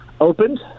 opened